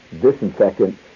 Disinfectant